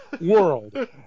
world